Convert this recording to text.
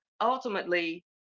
ultimately